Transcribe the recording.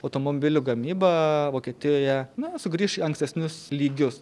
automobilių gamyba vokietijoje na sugrįš į ankstesnius lygius